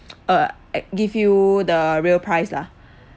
uh eh give you the real price lah